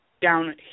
down